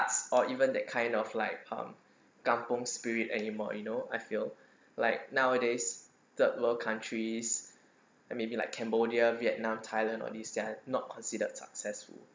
arts or even that kind of like um kampung spirit anymore you know I feel like nowadays third world countries and maybe like cambodia vietnam thailand all these they're not considered successful